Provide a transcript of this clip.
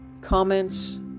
comments